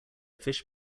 fish